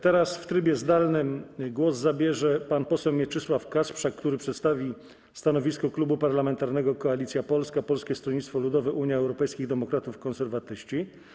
Teraz w trybie zdalnym głos zabierze pan poseł Mieczysław Kasprzak, który przedstawi stanowisko Klubu Parlamentarnego Koalicja Polska - Polskie Stronnictwo Ludowe, Unia Europejskich Demokratów, Konserwatyści.